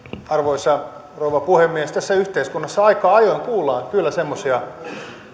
arvoisa rouva puhemies tässä yhteiskunnassa aika ajoin kuullaan kyllä semmoisia